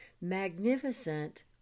magnificent